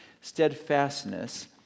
steadfastness